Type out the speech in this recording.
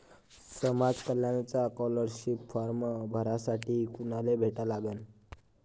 समाज कल्याणचा scholarship form भरासाठी कुनाले भेटा लागन?